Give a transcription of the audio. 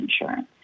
insurance